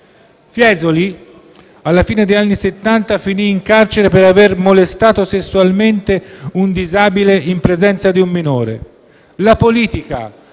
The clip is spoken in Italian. Fiesoli, alla fine degli anni Settanta, finì in carcere per aver molestato sessualmente un disabile in presenza di un minore.